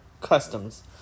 customs